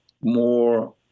more